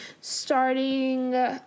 starting